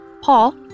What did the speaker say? Paul